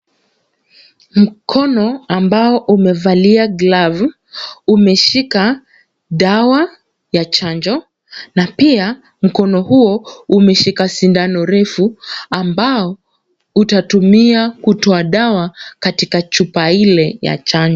Mkono ambao umevalia glavu, umeshika dawa ya chanjo, na pia mkono huo umeshika sindano refu ambao utatumia kutoa dawa katika chupa ile ya chanjo.